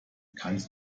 kannst